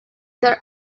their